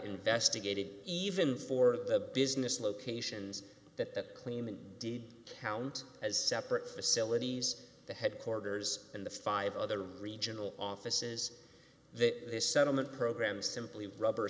investigated even for the business locations that claim in deed count as separate facilities the headquarters and the five other regional offices that this settlement program simply rubber